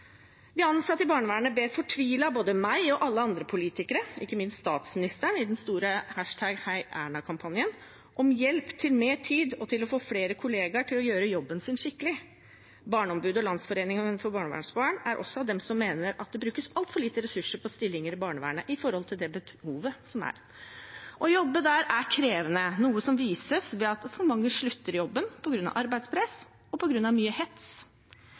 De ansatte i barnevernet ber fortvilt både meg og alle andre politikere, ikke minst statsministeren i den store heierna-kampanjen, om hjelp til å få mer tid og til å få flere kollegaer til å gjøre jobben sin skikkelig. Barneombudet og Landsforeningen for barnevernsbarn er også av dem som mener at det brukes altfor lite ressurser på stillinger i barnevernet i forhold til det behovet som er. Å jobbe der er krevende, noe som vises ved at for mange slutter i jobben på grunn av arbeidspress og på grunn av mye hets.